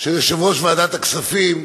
של יושב-ראש ועדת הכספים,